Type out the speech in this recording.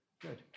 Good